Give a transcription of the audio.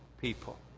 people